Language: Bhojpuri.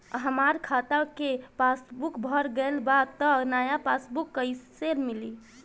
हमार खाता के पासबूक भर गएल बा त नया पासबूक कइसे मिली?